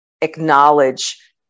acknowledge